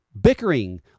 bickering